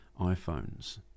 iPhones